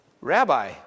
Rabbi